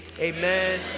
amen